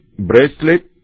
Bracelet